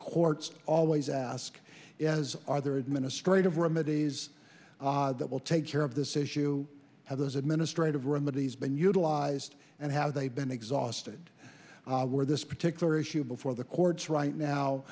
courts always ask is are there administrative remedies that will take care of this issue have those administrative remedies been utilized and have they been exhausted where this particular issue before the courts right now